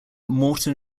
moreton